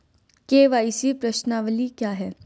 KYC प्रश्नावली क्या है?